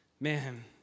man